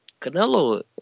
Canelo